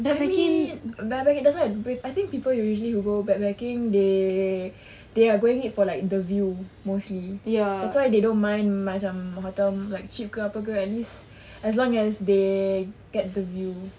I mean but but it doesn't I think people usually who go backpacking they they are going it for like the view mostly that's why they don't mind macam hotel like cheap ke apa ke at least as long as they get the view